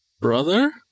brother